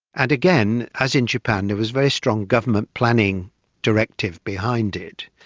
and again, as in japan, there was very strong government planning directive behind it.